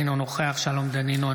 אינו נוכח שלום דנינו,